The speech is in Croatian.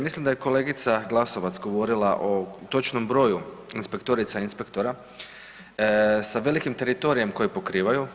Mislim da je kolegica Glasovac govorila o točnom broju inspektorica i inspektora sa velikim teritorijem koje pokrivaju.